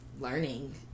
learning